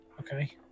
Okay